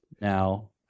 Now